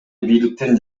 бийликтин